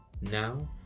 now